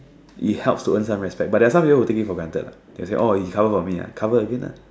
it helps to earn some respect but there're some people who will take if for the granted ah they say oh you cover for me ah cover again ah